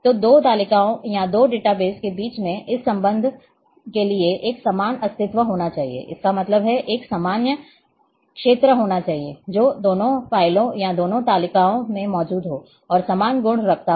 तो दो तालिकाओं या दो डेटाबेसों के बीच इस संबंध के लिए एक समान अस्तित्व होना चाहिए इसका मतलब है एक सामान्य क्षेत्र होना चाहिए जो दोनों फाइलों या दोनों तालिकाओं में मौजूद हो और समान गुण रखता हो